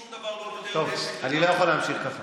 שום דבר לא, אני לא יכול להמשיך ככה.